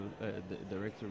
director